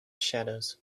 shadows